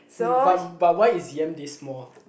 but but why is yam this small